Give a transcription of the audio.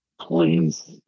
Please